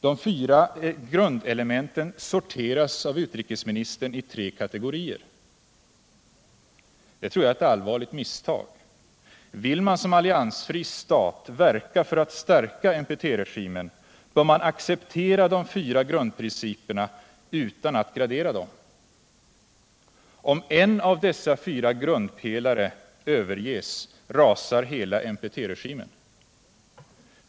De fyra grundelementen sorteras av utrikesministern i tre kategorier. Det tror jag är ett allvarligt misstag. Vill man som alliansfri stat verka för att stärka NPT-regimen, bör man acceptera de fyra grundprinciperna utan att gradera dem. Om en av dessa fyra grundpelare överges rasar hela NPT-regimen.